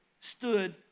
stood